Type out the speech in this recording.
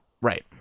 Right